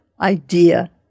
idea